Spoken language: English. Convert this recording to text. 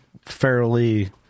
fairly